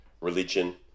religion